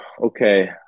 okay